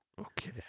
Okay